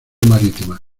marítima